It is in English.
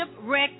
shipwreck